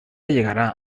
llegará